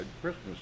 Christmas